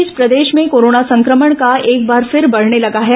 इस बीच प्रदेश में कोरोना संक्रमण एक बार फिर बढ़ने लगा है